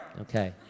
Okay